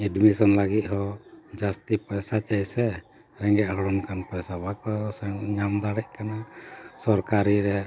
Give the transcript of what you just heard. admission ᱞᱟᱹᱜᱤᱫ ᱦᱚᱸ ᱡᱟᱹᱥᱛᱤ ᱯᱚᱭᱥᱟ ᱪᱟᱹᱭ ᱥᱮ ᱨᱮᱸᱜᱮᱡ ᱦᱚᱲᱚᱱ ᱯᱚᱭᱥᱟ ᱵᱟᱠᱚ ᱥᱮ ᱧᱟᱢ ᱫᱟᱲᱮᱭᱟᱜ ᱠᱟᱱᱟ ᱥᱚᱨᱠᱟᱨᱤ ᱨᱮ